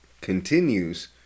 continues